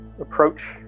approach